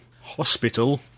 Hospital